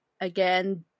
Again